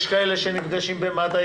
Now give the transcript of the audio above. יש כאלה שנפגעים במד"א,